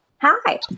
Hi